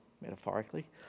metaphorically